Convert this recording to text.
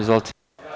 Izvolite.